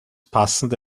passende